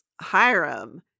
Hiram